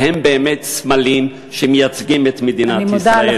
והם באמת סמלים שמייצגים את מדינת ישראל.